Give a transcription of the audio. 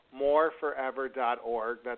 moreforever.org